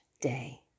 day